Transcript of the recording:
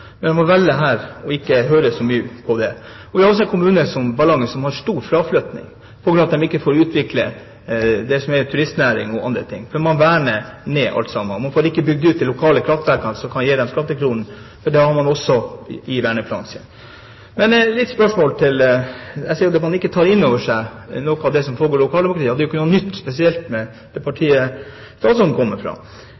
Men man velger her ikke å høre så mye på det. En kommune som Ballangen har stor fraflytting på grunn av at de ikke får utviklet turistnæringen og annen næring, for man verner alt sammen. Man får ikke bygd ut de lokale kraftverkene som kan gi dem skattekronene, for det har man også i verneplanen sin. Jeg ser at man ikke tar inn over seg noe av det som foregår i lokaldemokratiet. Det er jo ikke noe spesielt nytt med det